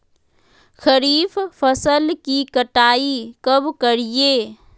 खरीफ फसल की कटाई कब करिये?